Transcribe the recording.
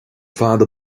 fada